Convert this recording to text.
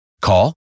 Call